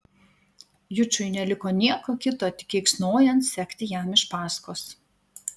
jučui neliko nieko kito tik keiksnojant sekti jam iš paskos